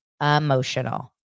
emotional